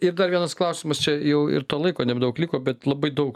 ir dar vienas klausimas čia jau ir to laiko nebedaug liko bet labai daug